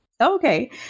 Okay